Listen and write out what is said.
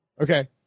Okay